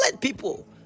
people